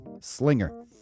Slinger